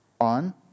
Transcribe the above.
on